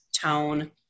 tone